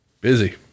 Busy